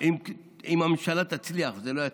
אם הממשלה תצליח, וזה לא יצליח,